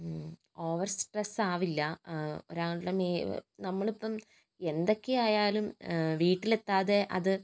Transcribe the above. over stress ആവില്ല ഒരാളുടെ നമ്മളിപ്പം എന്തൊക്കെയായാലും വീട്ടിലെത്താതെ അത്